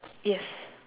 yes